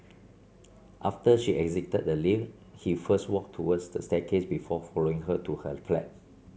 after she exited the lift he first walked towards the staircase before following her to her flat